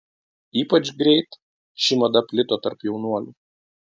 ypač greit ši mada plito tarp jaunuolių